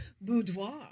boudoir